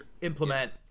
implement